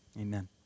amen